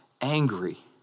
angry